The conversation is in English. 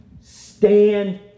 stand